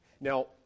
Now